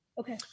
okay